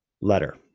letter